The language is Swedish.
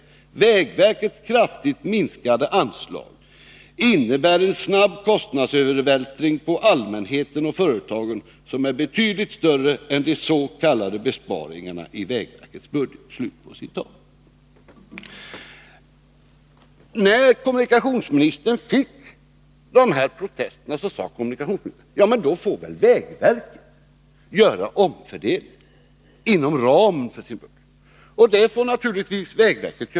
Vägverkets kraftigt minskade anslag innebär en snabb kostnadsövervältring på allmänheten och företagen som är betydligt större än de s k ”besparingarna” i Vägverkets budget.” När kommunikationsministern fick ta del av de här protesterna sade kommunikationsministern: Då får väl vägverket göra omfördelningar inom ramen för sin budget.